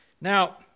Now